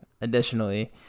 additionally